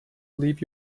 leave